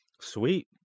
Sweet